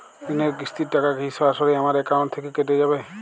ঋণের কিস্তির টাকা কি সরাসরি আমার অ্যাকাউন্ট থেকে কেটে যাবে?